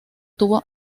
tuvo